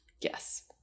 Yes